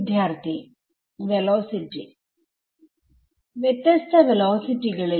വിദ്യാർത്ഥി വെലോസിറ്റി വ്യത്യസ്ത വെലോസിറ്റികളിൽ